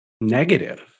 negative